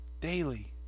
Daily